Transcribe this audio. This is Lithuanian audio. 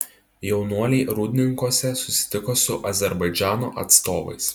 jaunuoliai rūdninkuose susitiko su azerbaidžano atstovais